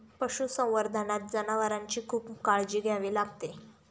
पशुसंवर्धनात जनावरांची खूप काळजी घ्यावी लागते